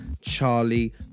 charlie